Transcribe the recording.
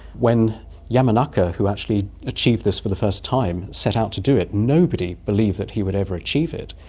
when yamanaka, who actually achieved this for the first time, set out to do it, nobody believed that he would ever achieve it.